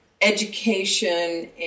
education